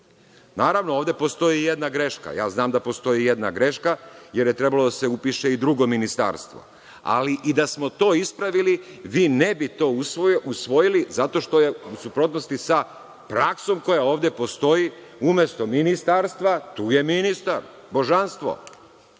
može. Naravno, ovde postoji jedna greška. Znam da postoji jedna greška, jer je trebalo da se upiše i drugo ministarstvo. Ali, da smo i to ispravili, vi ne bi to usvojili zato što je u suprotnosti sa praksom koja ovde postoji. Umesto ministarstva, tu je ministar, božanstvo,